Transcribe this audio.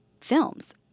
films